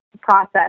process